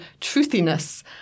truthiness